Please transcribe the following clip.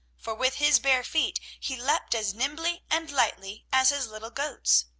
for with his bare feet he leaped as nimbly and lightly as his little goats.